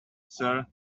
sir